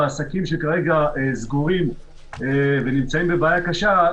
ועסקים שכרגע סגורים ונמצאים בבעיה קשה,